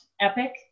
EPIC